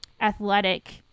athletic